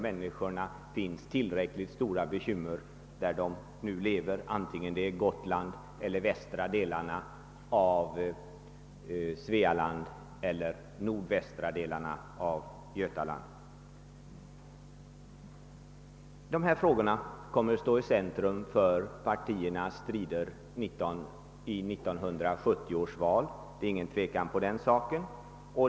Människorna har dock tillräckligt stora bekymmer antingen de nu bor på Gotland, i västra delarna av Svealand eller i nordvästra delarna av Götaland. Dessa frågor kommer som sagt att stå i centrum för partiernas strider i 1970 års valrörelse, därom råder ingen tvekan.